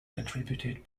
contributed